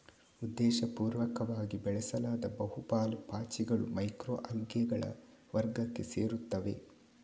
ಉದ್ದೇಶಪೂರ್ವಕವಾಗಿ ಬೆಳೆಸಲಾದ ಬಹು ಪಾಲು ಪಾಚಿಗಳು ಮೈಕ್ರೊ ಅಲ್ಗೇಗಳ ವರ್ಗಕ್ಕೆ ಸೇರುತ್ತವೆ